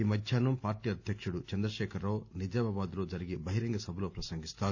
ఈమధ్యాహ్నం party అధ్యకుడు చంద్రశేఖర్ రావు నిజామాబాద్ లో జరిగే బహిరంగ సభలో ప్రసంగిస్తారు